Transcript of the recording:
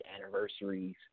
anniversaries